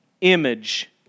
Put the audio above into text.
image